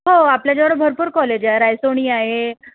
हो आपल्याजवर भरपूर कॉलेज आहे रायसोनी आहे